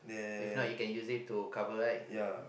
if not you can use it to cover right